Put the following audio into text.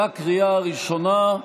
בקריאה הראשונה.